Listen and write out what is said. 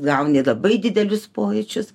gauni labai didelius pojūčius